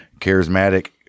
charismatic